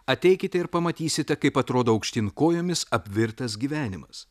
ateikite ir pamatysite kaip atrodo aukštyn kojomis apvirtęs gyvenimas